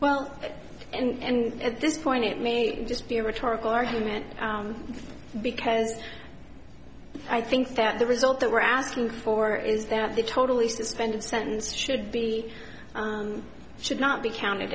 well and at this point it may just be a rhetorical argument because i think that the result that we're asking for is that the totally suspended sentence should be should not be counted